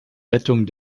rettung